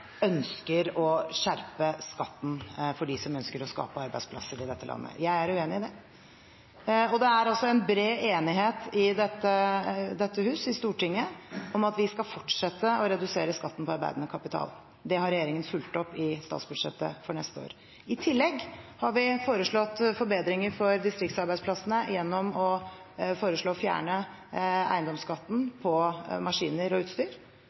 ønsker å skjerpe skatten for dem som ønsker å skape arbeidsplasser i dette landet. Jeg er uenig i det. Det er en bred enighet i dette hus, i Stortinget, om at vi skal fortsette å redusere skatten på arbeidende kapital. Det har regjeringen fulgt opp i statsbudsjettet for neste år. I tillegg har vi foreslått forbedringer for distriktsarbeidsplassene gjennom å foreslå å fjerne eiendomsskatten på maskiner og utstyr.